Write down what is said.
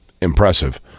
impressive